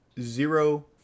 zero